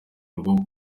rwo